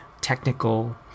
technical